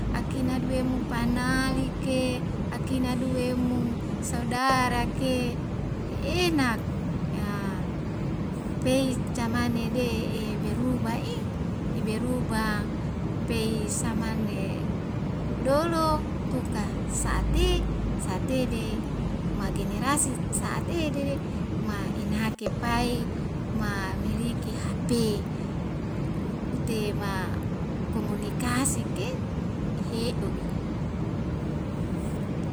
Akina duwe mu pana like akina duwe mu saudara ke enak ea pei camane de'e beruba ih e beruba pei samane lolo tuka sa'ati satede magenarasi saat edede ma'enhakep pai ma maliki hapei u u utema komunikasi ke he'oi